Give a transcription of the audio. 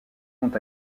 sont